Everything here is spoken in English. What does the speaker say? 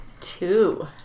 Two